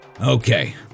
Okay